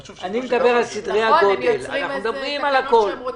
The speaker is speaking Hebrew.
אנחנו מדברים על הכול.